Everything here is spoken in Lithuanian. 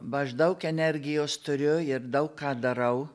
maždaug energijos turiu ir daug ką darau